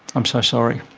i'm so sorry.